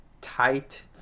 tight